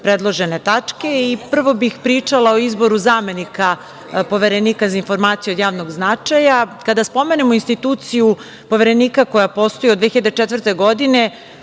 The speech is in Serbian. predložene tačke. Prvo bih pričala o izboru zamenika Poverenika za informacije od javnog značaja. Kada spomenemo instituciju Poverenika koji postoji od 2004. godine,